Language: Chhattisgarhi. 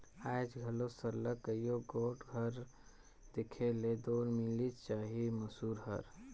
आएज घलो सरलग कइयो गोट घरे देखे ले दो मिलिच जाही मूसर हर